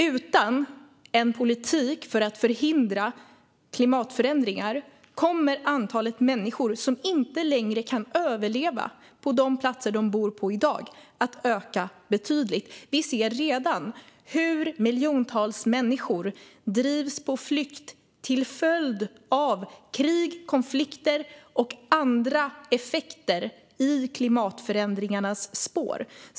Utan en politik för att förhindra klimatförändringar kommer antalet människor som inte längre kan överleva på de platser de bor på i dag att öka betydligt. Vi ser redan hur miljontals människor drivs på flykt till följd av krig, konflikter och andra effekter i klimatförändringarnas spår.